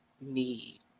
need